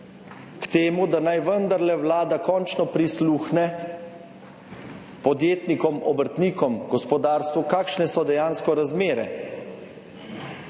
k temu, da naj vendarle Vlada končno prisluhne podjetnikom, obrtnikom, gospodarstvu, kakšne so dejansko razmere.